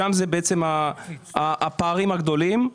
שם נמצאים הפערים הגדולים.